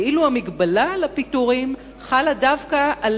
ואילו המגבלה על הפיטורים חלה דווקא על